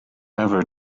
ever